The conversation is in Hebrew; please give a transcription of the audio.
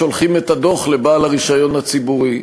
שולחים את הדוח לבעל הרישיון הציבורי,